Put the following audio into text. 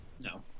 No